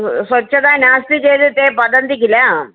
स्वच्छता नास्ति चेत् ते वदन्ति किल